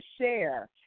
share